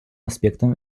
аспектам